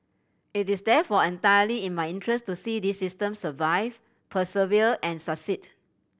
it is therefore entirely in my interest to see this system survive persevere and succeed